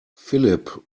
philipp